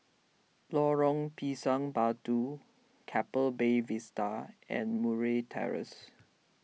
Lorong Pisang Batu Keppel Bay Vista and Murray Terrace